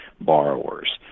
borrowers